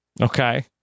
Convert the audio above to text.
Okay